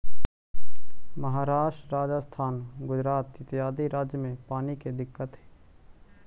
महाराष्ट्र, राजस्थान, गुजरात इत्यादि राज्य में पानी के दिक्कत हई